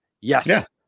Yes